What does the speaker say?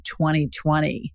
2020